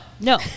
no